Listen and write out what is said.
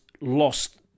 lost